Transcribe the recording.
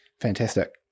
fantastic